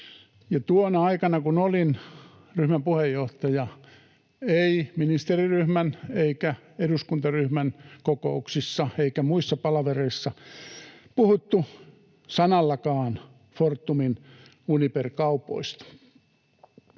tuona aikana, kun olin ryhmän puheenjohtaja, ei ministeriryhmän eikä eduskuntaryhmän kokouksissa eikä muissa palavereissa puhuttu sanallakaan Fortumin Uniper-kaupoista.